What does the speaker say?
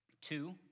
Two